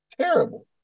terrible